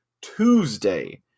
Tuesday